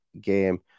game